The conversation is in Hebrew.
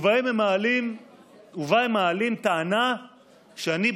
ובה הם מעלים טענה שאני,